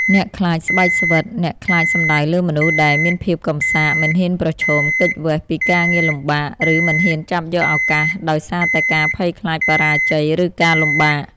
អ្នកខ្លាចស្បែកស្វិត អ្នកខ្លាចសំដៅលើមនុស្សដែល មានភាពកំសាក មិនហ៊ានប្រឈម គេចវេស ពីការងារលំបាក ឬមិនហ៊ានចាប់យកឱកាសដោយសារតែការភ័យខ្លាចបរាជ័យ ឬការលំបាក។